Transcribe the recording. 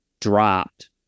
dropped